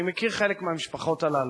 אני מכיר חלק מהמשפחות הללו.